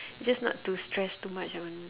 just not to stress too much on